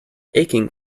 aching